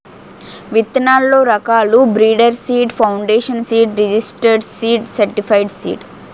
విత్తనాల్లో రకాలు breeder seed, foundation seed, registered seed, certified seed